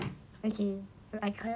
okay I try